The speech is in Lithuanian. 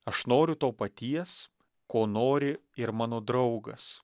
aš noriu to paties ko nori ir mano draugas